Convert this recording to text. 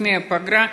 לפני הפגרה.